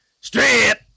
strip